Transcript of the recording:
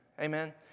Amen